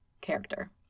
character